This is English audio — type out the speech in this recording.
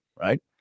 Right